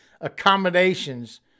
accommodations